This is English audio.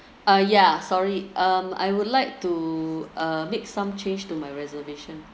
uh yeah sorry um I would like to uh make some change to my reservation